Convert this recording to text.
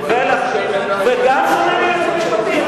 וגם של היועץ המשפטי,